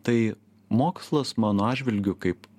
tai mokslas mano atžvilgiu kaip